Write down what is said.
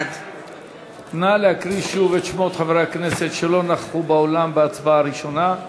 בעד נא להקריא שוב את שמות חברי הכנסת שלא נכחו באולם בהצבעה ראשונה.